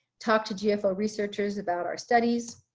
talk to jeff of researchers about our studies.